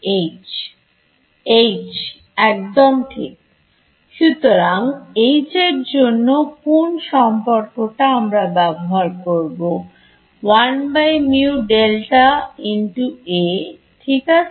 ছাত্র H H একদম ঠিক সুতরাং H এর জন্য কোন সম্পর্কটা আমরা ব্যবহার করব ঠিক আছে